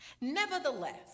nevertheless